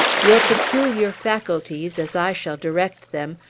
your peculiar faculties, as i shall direct them,